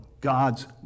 God's